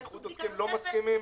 איחוד עוסקים לא מסכימים.